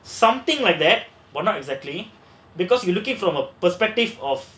something like that but not exactly because you looking from a perspective of